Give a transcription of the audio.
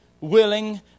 willing